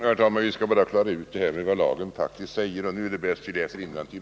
Herr talman! Vi skall bara klara ut vad lagen faktiskt säger, och nu är det bäst att jag läser innantill.